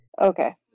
Okay